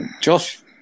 Josh